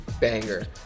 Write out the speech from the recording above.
banger